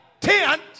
tent